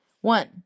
One